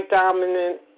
dominant